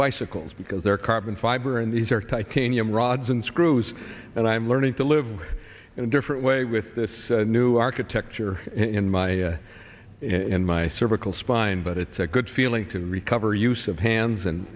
bicycles because their carbon fiber and these are titanium rods and screws and i'm learning to live in a different way with this new architecture in my in my cervical spine but it's a good feeling to recover use of hands and